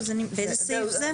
באיזה סעיף זה?